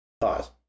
Pause